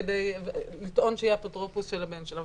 כדי לטעון שהיא האפוטרופוס של הבן שלה.